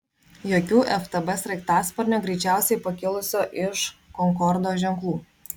jokių ftb sraigtasparnio greičiausiai pakilusio iš konkordo ženklų